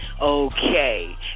Okay